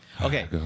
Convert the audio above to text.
Okay